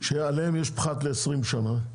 שיש עליהן פחת ל-20 שנים,